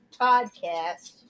podcast